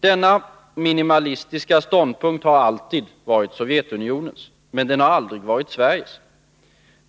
Denna minimalistiska ståndpunkt har alltid varit Sovjetunionens, men den har aldrig varit Sveriges.